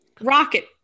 rocket